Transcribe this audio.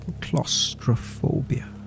claustrophobia